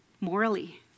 morally